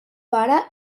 pare